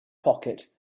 pocket